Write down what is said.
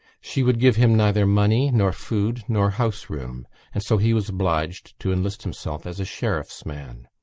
she would give him neither money nor food nor house-room and so he was obliged to enlist himself as a sheriff's man.